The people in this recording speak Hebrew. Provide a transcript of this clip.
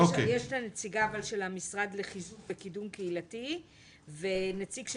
יש את הנציגה של המשרד לחיזוק וקידום קהילתי ונציג של